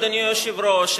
אדוני היושב-ראש,